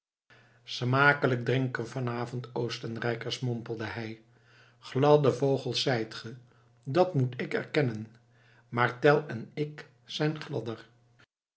smakelijk drinken vanavond oostenrijkers mompelde hij gladde vogels zijt ge dat moet ik erkennen maar tell en ik zijn gladder